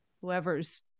whoever's